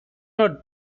not